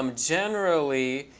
um generally,